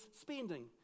spending